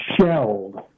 shelled